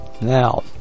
Now